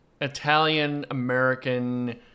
Italian-American